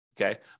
okay